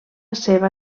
seva